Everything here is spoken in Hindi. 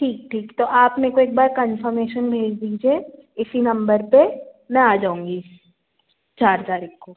ठीक ठीक तो आप मेरे को एक बार कन्फ़र्मेशन भेज दीजिए इसी नंबर पे मैं आ जाऊँगी चार तारिख को